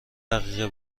دقیقه